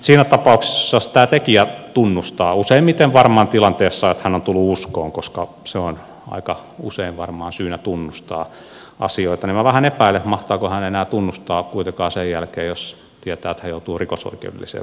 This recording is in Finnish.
siinä tapauksessa jos tämä tekijä tunnustaa useimmiten varmaan tilanteessa että hän on tullut uskoon koska se on aika usein varmaan syynä tunnustaa asioita minä vähän epäilen mahtaakohan hän enää tunnustaa kuitenkaan sen jälkeen jos tietää että hän joutuu rikosoikeudelliseen vastuuseen